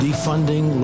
Defunding